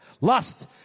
Lust